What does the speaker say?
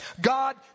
God